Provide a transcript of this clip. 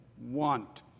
want